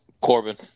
Corbin